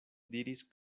diris